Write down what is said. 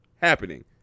happening